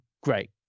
great